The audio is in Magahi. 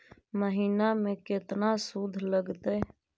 महिना में केतना शुद्ध लगतै?